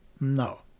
No